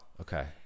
Okay